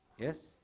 yes